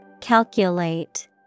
Calculate